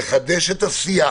לחדש את השיח.